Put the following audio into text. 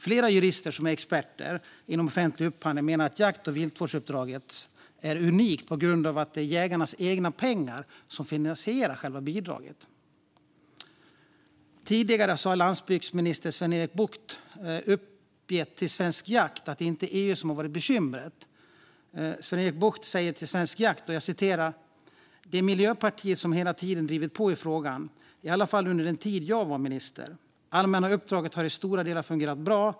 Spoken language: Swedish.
Flera jurister som är experter inom offentlig upphandling menar att jakt och viltvårdsuppdraget är unikt på grund av att det är jägarnas egna pengar som finansierar själva bidraget. Den tidigare landsbygdsministern Sven-Erik Bucht säger till Svensk Jakt att det inte är EU som har varit bekymret. Sven-Erik Bucht säger till Svenskt Jakt: "Det är Miljöpartiet som hela tiden drivit på i frågan, i alla fall under den tid jag var minister. Allmänna uppdraget har i stora delar fungerat bra.